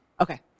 Okay